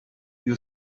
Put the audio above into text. you